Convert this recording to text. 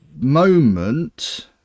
moment